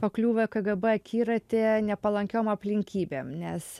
pakliuvę kgb akiratį nepalankiom aplinkybėm nes